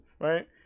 right